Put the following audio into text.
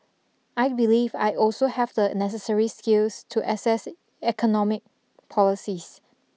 I believe I also have the necessary skills to assess economic policies